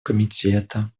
комитета